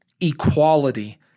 equality